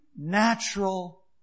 natural